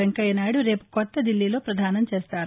వెంకయ్యనాయుడు రేపు కొత్త ఢిల్లీలో పదానం చేస్తారు